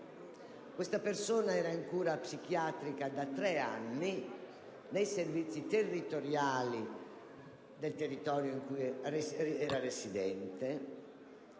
Quella persona era in cura psichiatrica da tre anni nei servizi territoriali del luogo in cui era residente,